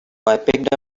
picked